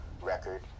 record